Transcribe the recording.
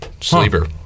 Sleeper